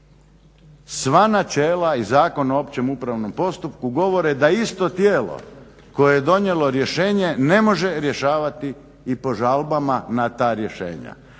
Sva načela i Zakon o općem upravnom postupku govore da isto tijelo koje je donijelo rješenje ne može rješavati i po žalbama na ta rješenja.